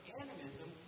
animism